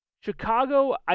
Chicago